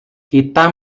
kita